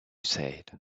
said